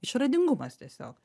išradingumas tiesiog